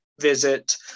visit